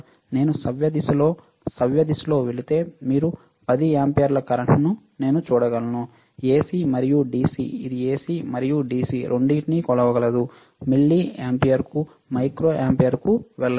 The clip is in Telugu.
నేను సవ్యదిశలో సవ్యదిశలో వెళితే మీరు 10 ఆంపియర్ల కరెంట్ను నేను చూడగలను AC మరియు DC ఇది AC మరియు DC రెండింటినీ కొలవగలదు మిల్లియంపేర్కు మైక్రో ఆంపియర్కు వెళ్లండి